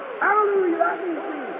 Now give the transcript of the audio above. Hallelujah